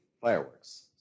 fireworks